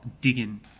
digging